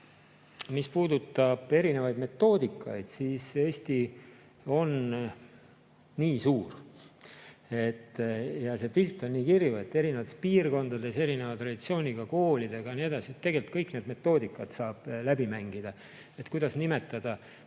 mis puudutab erinevaid metoodikaid, siis Eesti on nii suur ja see pilt on nii kirju, erinevates piirkondades erineva traditsiooniga koolid ja nii edasi, et tegelikult kõik need metoodikad saab läbi mängida. Kuidas seda nimetada?